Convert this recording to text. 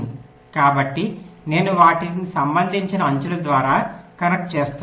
కాబట్టి నేను వాటిని సంబంధిత అంచుల ద్వారా కనెక్ట్ చేస్తున్నాను